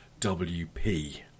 wp